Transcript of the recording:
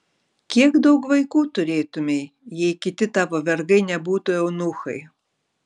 kiek daug vaikų turėtumei jei kiti tavo vergai nebūtų eunuchai